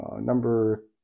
number